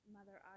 Mother